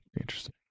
interesting